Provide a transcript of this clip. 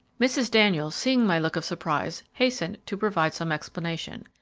mrs. daniels, seeing my look of surprise, hastened to provide some explanation.